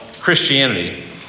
Christianity